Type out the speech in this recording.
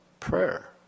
Prayer